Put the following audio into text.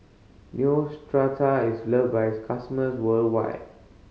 neostrata is love by its customers worldwide